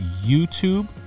YouTube